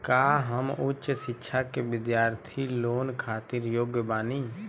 का हम उच्च शिक्षा के बिद्यार्थी लोन खातिर योग्य बानी?